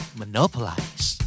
monopolize